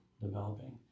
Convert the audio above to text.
developing